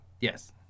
Yes